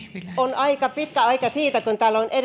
on aika pitkä aika siitä kun täällä on